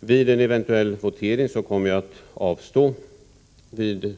Vid en eventuell votering kommer jag att avstå vid